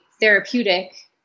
therapeutic